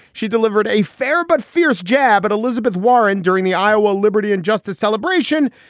she delivered a fair but fierce jab at elizabeth warren during the iowa liberty and justice celebration.